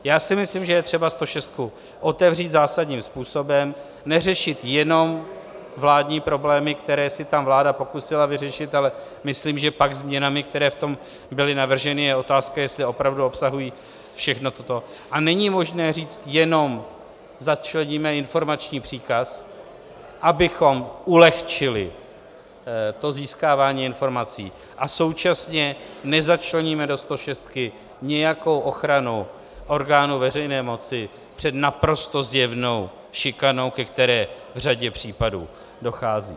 Já si myslím, že je třeba stošestku otevřít zásadním způsobem, neřešit jenom vládní problémy, které si tam vláda pokusila vyřešit, ale myslím, že pak změnami, které v tom byly navrženy je otázka, jestli opravdu obsahují všechno toto, a není možné říct jenom: začleníme informační příkaz, abychom ulehčili získávání informací, a současně nezačleníme do stošestky nějakou ochranu orgánů veřejné moci před naprosto zjevnou šikanou, ke které v řadě případů dochází.